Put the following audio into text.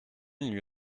lui